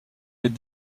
les